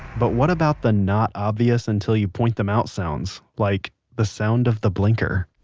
but what about the not obvious until you point them out sounds like the sounds of the blinker,